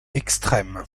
extrême